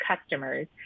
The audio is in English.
customers